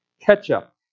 ketchup